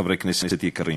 וחברי כנסת יקרים,